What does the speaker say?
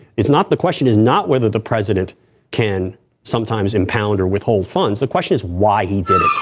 is not the question is not whether the president can sometimes impound or withhold funds. the question is why he did it